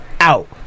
out